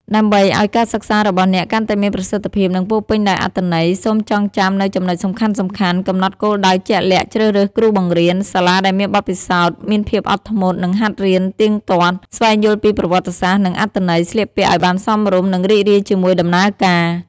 ដើម្បីឱ្យការសិក្សារបស់អ្នកកាន់តែមានប្រសិទ្ធភាព និងពោរពេញដោយអត្ថន័យ សូមចងចាំនូវចំណុចសំខាន់ៗ កំណត់គោលដៅជាក់លាក់ ជ្រើសរើសគ្រូបង្រៀន សាលាដែលមានបទពិសោធន៍ មានភាពអត់ធ្មត់ និងហាត់រៀនទៀងទាត់ ស្វែងយល់ពីប្រវត្តិសាស្ត្រ និងអត្ថន័យ ស្លៀកពាក់ឱ្យបានសមរម្យ និងរីករាយជាមួយដំណើរការ។